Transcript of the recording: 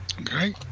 okay